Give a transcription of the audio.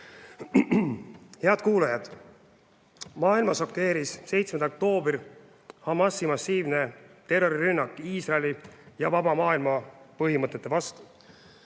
Head kuulajad! Maailma šokeeris 7. oktoobril Ḩamāsi massiivne terrorirünnak Iisraeli ja vaba maailma põhimõtete vastu.